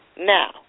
Now